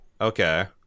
okay